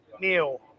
Neil